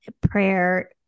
prayer